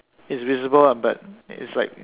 it's visible lah but it's like